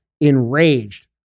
enraged